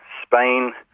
spain,